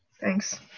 Thanks